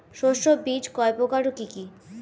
শস্যের বীজ কয় প্রকার ও কি কি?